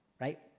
right